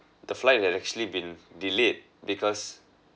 the flight had actually been delayed because